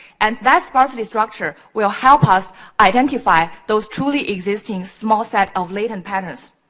and that sparsity structure will help us identify those truly existing small set of latent patterns.